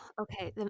Okay